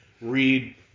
read